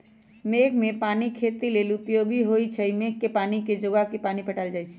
मेघ कें पानी खेती लेल उपयोगी होइ छइ मेघ के पानी के जोगा के पानि पटायल जाइ छइ